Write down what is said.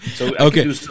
Okay